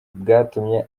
bwatumye